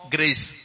Grace